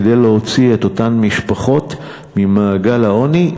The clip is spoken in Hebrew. כדי להוציא את אותן משפחות ממעגל העוני.